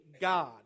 God